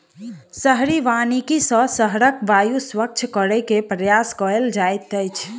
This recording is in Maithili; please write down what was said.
शहरी वानिकी सॅ शहरक वायु स्वच्छ करै के प्रयास कएल जाइत अछि